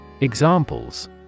Examples